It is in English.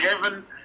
heaven